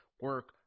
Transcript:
Work